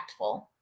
impactful